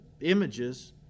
images